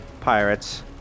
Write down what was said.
pirates